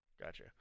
Gotcha